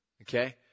okay